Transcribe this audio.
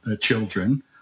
children